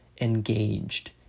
engaged